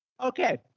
Okay